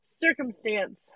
circumstance